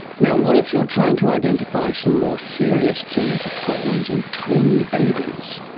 now, what if you are trying to identify some more serious genetic problems in tiny babies?